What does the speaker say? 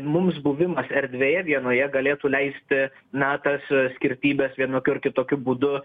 mums buvimas erdvėje vienoje galėtų leisti na tas skirtybes vienokiu ar kitokiu būdu